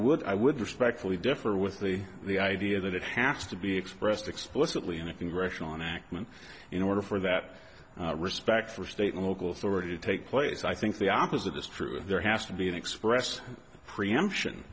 would i would respectfully differ with the idea that it has to be expressed explicitly in a congressional enactment in order for that respect for state and local authority to take place i think the opposite is true there has to be an express preemption